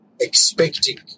expecting